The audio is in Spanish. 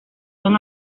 van